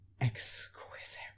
exquisite